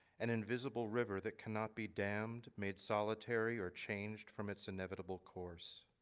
an invisible river that cannot be damned made solitary or changed from its inevitable course.